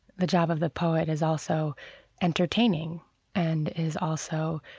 the job of the poet is also entertaining and is also